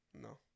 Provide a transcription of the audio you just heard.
No